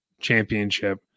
Championship